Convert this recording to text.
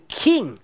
king